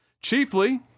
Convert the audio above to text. Chiefly